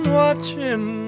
watching